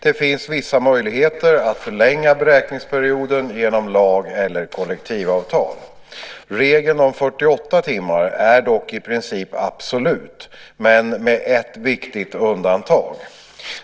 Det finns vissa möjligheter att förlänga beräkningsperioden genom lag eller kollektivavtal. Regeln om 48 timmar är dock i princip absolut, med ett viktigt undantag.